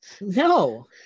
no